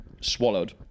swallowed